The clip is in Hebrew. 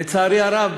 לצערי הרב,